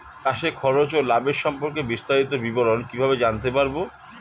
চাষে খরচ ও লাভের সম্পর্কে বিস্তারিত বিবরণ কিভাবে জানতে পারব?